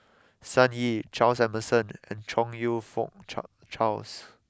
Sun Yee Charles Emmerson and Chong you Fook char Charles